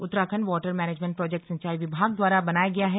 Uttarakhand water management project सिंचाई विभाग द्वारा बनाया गया है